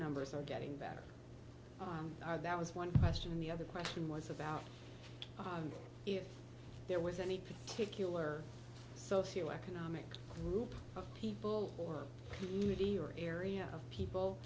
numbers are getting better on that was one question the other question was about how if there was any particular socioeconomic group of people or community or area of